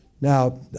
Now